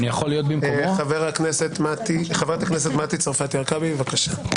חברת הכנסת מטי צרפתי הרכבי, בבקשה.